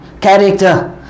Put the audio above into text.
character